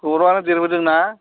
गौरांआनो देरबोदों नामा